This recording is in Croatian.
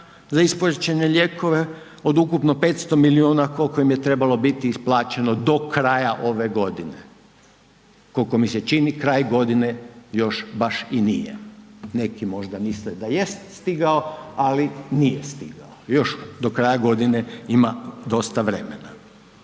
za isplaćene lijekove od ukupno 500 milijuna kolko im je trebalo biti isplaćeno do kraja ove godine, kolko mi se čini kraj godine još baš i nije, neki možda misle da jest stigao, ali nije stigao, još do kraja godine ima dosta vremena.